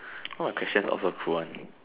all the question all so cool one